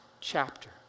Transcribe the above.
chapter